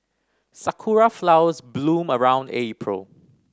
sakura flowers bloom around April